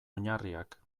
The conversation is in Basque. oinarriak